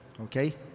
Okay